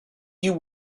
you